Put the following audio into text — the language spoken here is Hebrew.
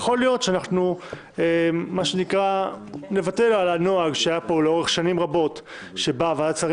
יכול להיות שאנחנו נוותר על הנוהג שהיה פה לאורך שנים רבות שוועדת שרים